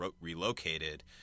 relocated